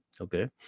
Okay